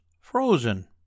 frozen